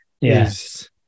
yes